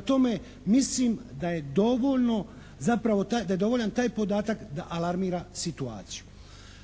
tome, mislim da je dovoljno zapravo da je dovoljan taj podatak da alarmira situaciju.